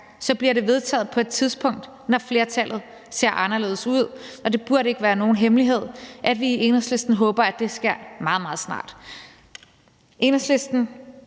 bliver det vedtaget på et tidspunkt, når flertallet ser anderledes ud. Og det burde ikke være nogen hemmelighed, at vi i Enhedslisten håber, at det sker meget, meget snart. Enhedslisten